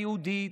היהודית,